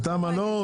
אתה מאחד